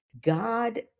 God